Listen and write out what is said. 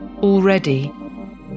Already